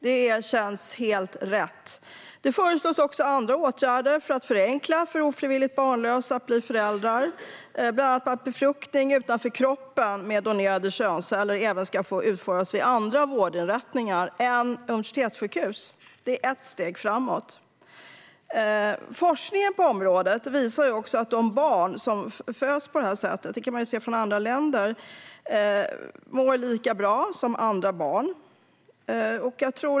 Det känns helt rätt. Det föreslås också andra åtgärder för att förenkla för ofrivilligt barnlösa att bli föräldrar, bland annat att befruktning utanför kroppen med donerade könsceller även ska få utföras vid andra vårdinrättningar än universitetssjukhus. Det är ett steg framåt. Forskningen på området visar att de barn som föds på det här sättet - det kan man se i andra länder - mår lika bra som andra barn.